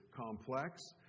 complex